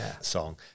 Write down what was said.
song